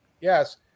yes